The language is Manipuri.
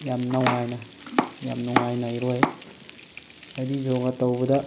ꯌꯥꯝ ꯅꯨꯡꯉꯥꯏꯅ ꯌꯥꯝ ꯅꯨꯡꯉꯥꯏꯅ ꯏꯔꯣꯏ ꯍꯥꯏꯗꯤ ꯌꯣꯒꯥ ꯇꯧꯕꯗ